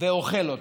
ואוכל אותה.